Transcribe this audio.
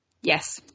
Yes